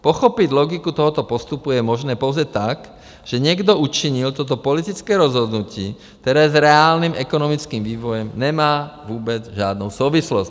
Pochopit logiku tohoto postupu je možné pouze tak, že někdo učinil toto politické rozhodnutí, které s reálným ekonomickým vývojem nemá vůbec žádnou souvislost.